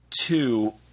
two